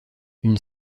une